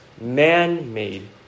man-made